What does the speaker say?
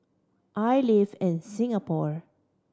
I live in Singapore